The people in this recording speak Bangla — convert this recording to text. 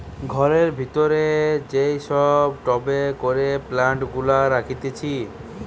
ঘরের ভিতরে যেই সব টবে করে প্লান্ট গুলা রাখতিছে